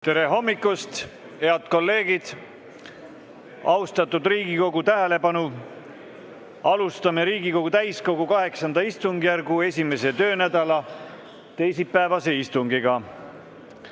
Tere hommikust, head kolleegid! Austatud Riigikogu, tähelepanu! Alustame Riigikogu täiskogu VIII istungjärgu 1. töönädala teisipäevast istungit.